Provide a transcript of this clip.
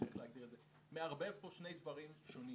נתחיל בהתייחסויות.